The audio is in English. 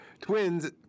Twins